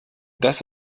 das